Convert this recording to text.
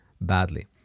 badly